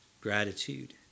Gratitude